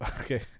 Okay